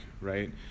right